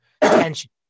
tension